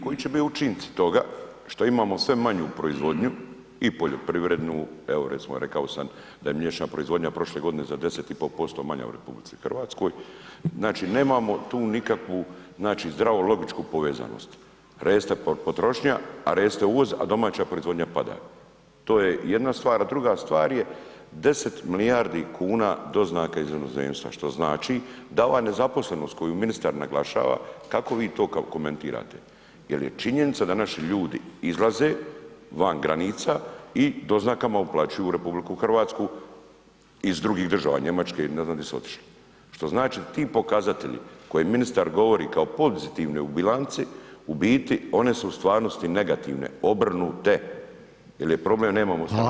Koji će bit učinci toga što imamo sve manju proizvodnju, i poljoprivrednu, evo recimo rekao sam da je mlječna proizvodnja prošle godine za 10,5% manja u RH, znači nemamo tu nikakvu, znači zdravu logičku povezanost, reste potrošnja, a reste uvoz, a domaća proizvodnja pada, to je jedna stvar, a druga stvar je 10 milijardi kuna doznaka iz inozemstva, što znači da ova nezaposlenost koju ministar naglašava, kako vi to komentirate, jel je činjenica da naši ljudi izlaze van granica i doznaka uplaćuju u RH iz drugih država, Njemačke i ne znam di su otišli, što znači ti pokazatelji koje ministar govori kao pozitivne u bilanci u biti one su u stvarnosti negativne, obrnute jer je problem [[Upadica: Hvala]] nemamo stanovništva … [[Govornik se ne razumije]] Hvala.